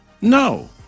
No